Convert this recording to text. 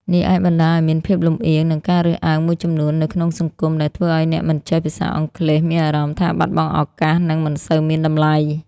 នេះអាចបណ្តាលឱ្យមានភាពលំអៀង និងការរើសអើងមួយចំនួននៅក្នុងសង្គម ដែលធ្វើឱ្យអ្នកមិនចេះភាសាអង់គ្លេសមានអារម្មណ៍ថាបាត់បង់ឱកាស និងមិនសូវមានតម្លៃ។